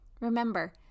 Remember